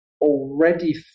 already